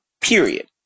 period